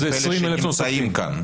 אלה שנמצאים כאן.